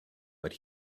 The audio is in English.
but